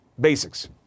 Basics